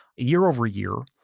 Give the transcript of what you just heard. year over year,